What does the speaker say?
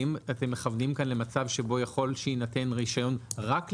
האם אתם מכוונים כאן למצב שבו יכול שיינתן רישיון רק להקמה?